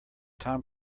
tom